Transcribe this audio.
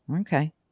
Okay